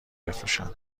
بفروشند